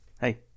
Hey